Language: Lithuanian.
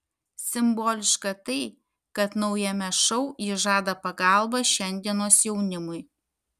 simboliška tai kad naujame šou ji žada pagalbą šiandienos jaunimui